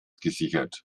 gesichert